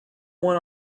one